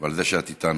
ועל זה שאת איתנו.